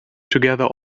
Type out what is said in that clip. together